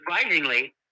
surprisingly